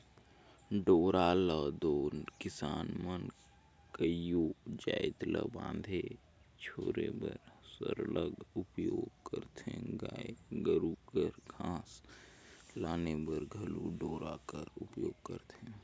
डोरा ल दो किसान मन कइयो जाएत ल बांधे छोरे बर सरलग उपियोग करथे गाय गरू बर घास लाने बर घलो डोरा कर उपियोग करथे